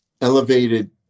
elevated